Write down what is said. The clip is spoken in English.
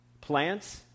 plants